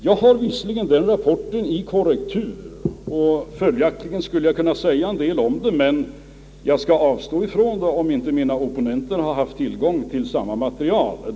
Jag har visserligen den rapporten i korrektur och skulle följaktligen kunna säga en del om det, men jag avstår därifrån om inte mina opponen ter har haft tillgång till samma material.